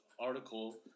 article